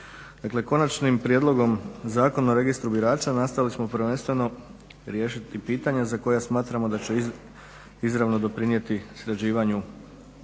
Konačnim prijedlogom zakona o registru birača nastali smo prvenstveno riješiti pitanje za koje smatramo da će izravno doprinijeti sređivanju popisa